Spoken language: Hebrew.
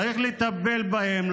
צריך לטפל בהם,